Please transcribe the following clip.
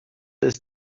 ist